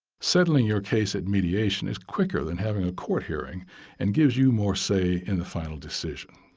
settling your case at mediation is quicker than having a court hearing and gives you more say in the final decision.